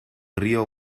río